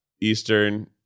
eastern